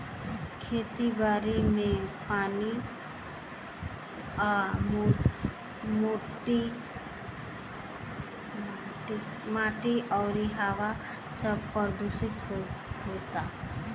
खेती बारी मे पानी आ माटी अउरी हवा सब प्रदूशीत होता